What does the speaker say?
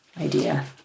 idea